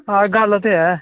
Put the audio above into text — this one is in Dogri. आं गल्ल ते ऐ